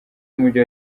w’umujyi